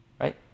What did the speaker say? right